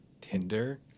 Tinder